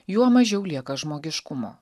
juo mažiau lieka žmogiškumo